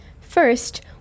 First